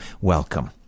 welcome